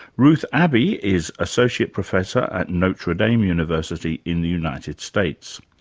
ruth abbey is associate professor at notre dame university in the united states.